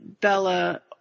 Bella